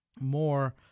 more